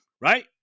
Right